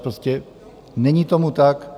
Prostě není tomu tak.